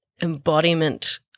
embodiment